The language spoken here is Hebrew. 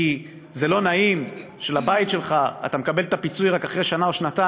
כי זה לא נעים שאתה מקבל את הפיצוי על הבית שלך רק אחרי שנה או שנתיים,